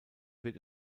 wird